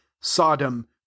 sodom